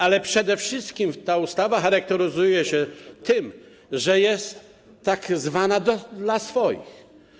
Ale przede wszystkim ta ustawa charakteryzuje się tym, że jest dla tzw. swoich.